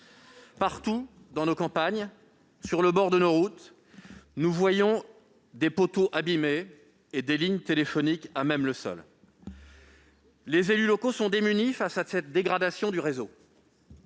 Partout dans nos campagnes, sur le bord des routes, nous voyons des poteaux abîmés et des lignes téléphoniques à même le sol. Les élus locaux sont démunis face à cette dégradation du réseau.